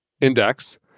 index